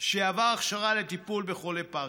שעבר הכשרה לטיפול בחולי פרקינסון.